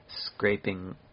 scraping